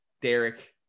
Derek